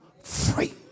free